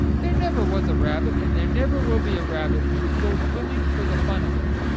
there never was a rabbit and there never will be a rabbit who would go swimming for the fun of it.